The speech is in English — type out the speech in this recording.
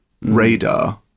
radar